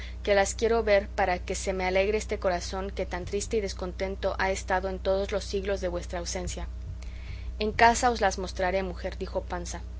que las quiero ver para que se me alegre este corazón que tan triste y descontento ha estado en todos los siglos de vuestra ausencia en casa os las mostraré mujer dijo panza